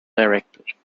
directly